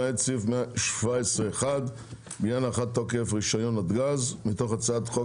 למעט סעיף 17(1) (בעניין הארכת תוקף רישיון נתג"ז) מתוך הצעת חוק